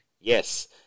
Yes